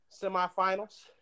semifinals